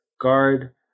guard